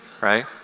right